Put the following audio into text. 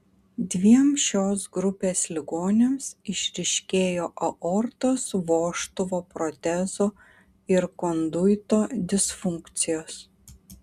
dviem šios grupės ligoniams išryškėjo aortos vožtuvo protezo ir konduito disfunkcijos